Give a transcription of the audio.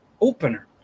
opener